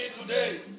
today